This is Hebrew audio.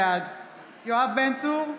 בעד יואב בן צור,